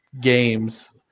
games